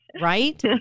Right